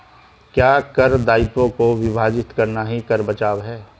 क्या कर दायित्वों को विभाजित करना ही कर बचाव है?